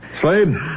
Slade